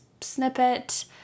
snippet